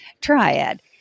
triad